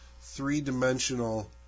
three-dimensional